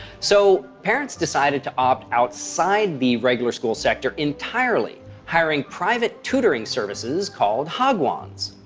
so, parents decided to opt outside the regular school sector entirely, hiring private tutoring services called hagwons.